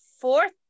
fourth